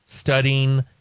studying